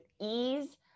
ease